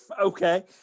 okay